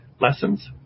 lessons